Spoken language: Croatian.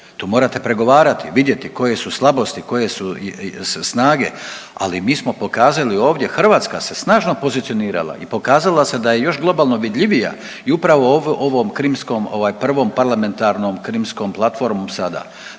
To morate pregovarati, vidjeti koje su slabosti, koje su snage, ali mi smo pokazali ovdje, Hrvatska se snažno pozicionirala i pokazala se da je još globalno vidljivija i ovom Krimskom ovaj Prvom parlamentarnom Krimom platformom sada.